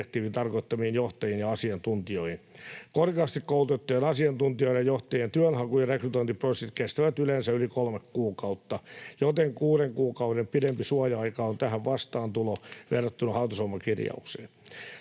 tarkoittamiin johtajiin ja asiantuntijoihin. Korkeasti koulutettujen asiantuntijoiden ja johtajien työnhaku- ja rekrytointiprosessit kestävät yleensä yli kolme kuukautta, joten kuuden kuukauden pidempi suoja-aika on tähän vastaantulo verrattuna hallitusohjelmakirjaukseen.